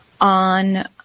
on